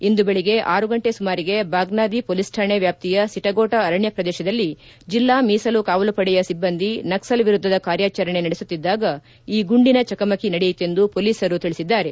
ಇಂದು ಬೆಳಿಗ್ಗೆ ಆರು ಗಂಟೆ ಸುಮಾರಿಗೆ ಬಾಗ್ನಾದಿ ಮೊಲೀಸ್ ಕಾಣೆ ವ್ಯಾಪ್ತಿಯ ಸಿಟಗೋಟ ಅರಣ್ಯ ಪ್ರದೇಶದಲ್ಲಿ ಜಿಲ್ಲಾ ಮೀಸಲು ಕಾವಲುಪಡೆಯ ಸಿಬ್ಬಂದಿ ನಕ್ಲಲ್ ವಿರುದ್ದದ ಕಾರ್ಯಾಚರಣೆ ನಡೆಸುತ್ತಿದ್ದಾಗ ಈ ಗುಂಡಿನ ಚಕಮಕಿ ನಡೆಯಿತೆಂದು ಪೊಲೀಸರು ತಿಳಿಸಿದ್ದಾರೆ